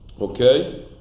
Okay